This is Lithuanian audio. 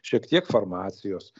šiek tiek farmacijos